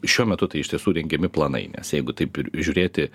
šiuo metu tai iš tiesų rengiami planai nes jeigu taip žiūrėti